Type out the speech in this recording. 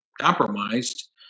compromised